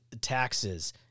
taxes